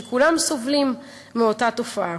שכולם סובלים מאותה תופעה.